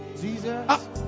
Jesus